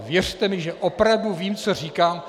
Věřte mi, že opravdu vím, co říkám.